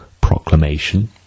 proclamation